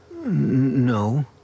No